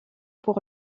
pour